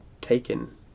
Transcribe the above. taken